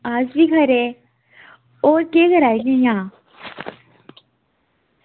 अस बी खरे होर केह् करा दे भी इंया